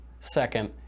Second